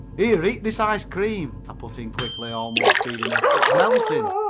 here, eat this ice cream, i put in quickly, almost feeding her. it's melting.